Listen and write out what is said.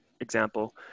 example